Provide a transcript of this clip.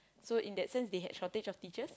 so in that sense they had shortage of teachers